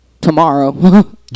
tomorrow